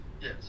Yes